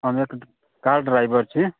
हम एक car driver छी